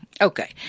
Okay